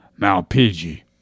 Malpigi